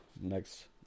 next